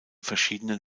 verschiedenen